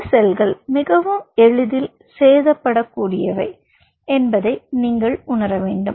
இந்த செல்கள் மிகவும் எளிதில் சேதப்படக்கூடியவை என்பதை நீங்கள் உணர வேண்டும்